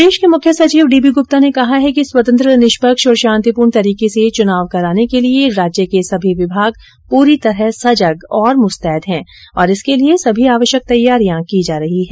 प्रदेश के मुख्य सचिव डी बी गुप्ता ने कहा है कि स्वतंत्र निष्पक्ष और शांतिपूर्ण तरीके से चुनाव कराने के लिए राज्य के सभी विभाग पूरी तरह सजग और मुस्तैद हैं और इसके लिए सभी आवश्यक तैयारियां की जा रही हैं